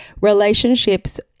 relationships